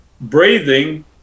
breathing